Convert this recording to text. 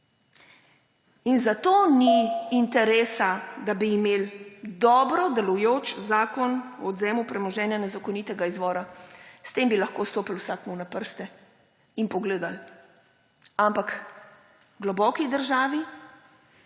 In zato ni interesa, da bi imeli dobro delujoč Zakon o odvzemu premoženja nezakonitega izvora. S tem bi lahko stopili vsakemu na prste in pogledali, ampak globoki državi,